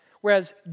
whereas